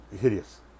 hideous